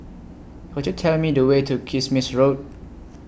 Could YOU Tell Me The Way to Kismis Road